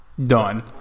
Done